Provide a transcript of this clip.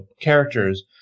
characters